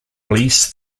released